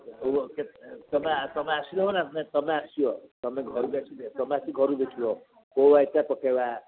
ତୁମେ ତୁମେ ଆସିଲେ ନା ତୁମେ ଆସିବ ତୁମେ ଘରୁ ତୁମେ ଆସିକି ଘରୁ ଦେଖିବ କୋଉ ପକେଇବା